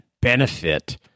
benefit